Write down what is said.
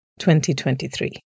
2023